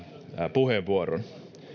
puheenvuoron